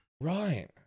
Right